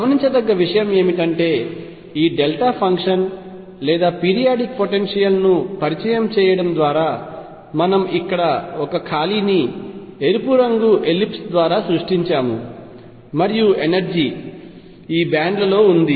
గమనించదగ్గ విషయం ఏమిటంటే ఈ డెల్టా ఫంక్షన్ లేదా పీరియాడిక్ పొటెన్షియల్ ను పరిచయం చేయడం ద్వారా మనము ఇక్కడ ఒక ఖాళీని ఎరుపు రంగు ఎలిప్స్ ద్వారా సృష్టించాము మరియు ఎనర్జీ ఈ బ్యాండ్లలో ఉంది